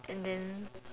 and then